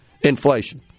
inflation